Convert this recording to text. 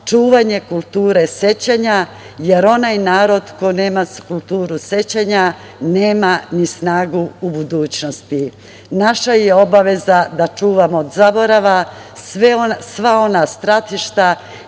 čuvanje kulture sećanja, jer onaj narod koji nema kulturu sećanja nema ni snagu u budućnosti. Naša je obaveza da čuvamo od zaborava sva ona stratišta